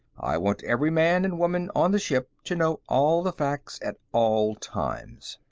i want every man and woman on the ship to know all the facts at all times.